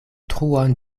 truon